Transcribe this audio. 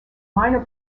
minor